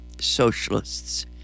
socialists